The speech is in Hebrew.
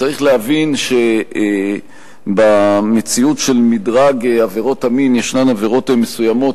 צריך להבין שבמציאות של מדרג עבירות המין ישנן עבירות מסוימות,